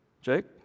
Jake